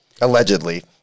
Allegedly